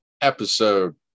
Episode